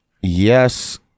Yes